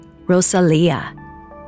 Rosalia